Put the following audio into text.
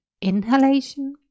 inhalation